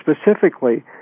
specifically